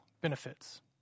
benefits